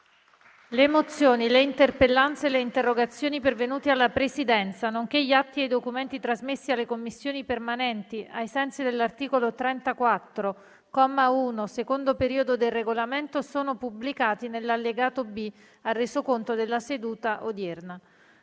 Le mozioni, le interpellanze e le interrogazioni pervenute alla Presidenza, nonché gli atti e i documenti trasmessi alle Commissioni permanenti ai sensi dell'articolo 34, comma 1, secondo periodo, del Regolamento sono pubblicati nell'allegato B al Resoconto della seduta odierna.